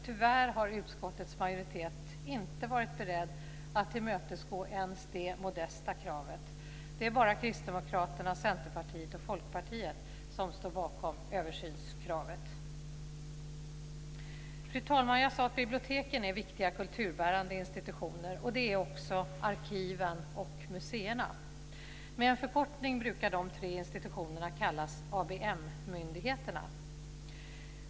Tyvärr har utskottets majoritet inte varit beredd att tillmötesgå ens det modesta kravet. Det är bara Kristdemokraterna, Centerpartiet och Folkpartiet som står bakom översynskravet. Fru talman! Jag sade att biblioteken är viktiga kulturbärande institutioner. Det är också arkiven och museerna. Med en förkortning brukar de tre institutionerna kallas ABM-myndigheterna.